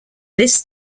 this